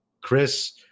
Chris